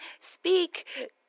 Speak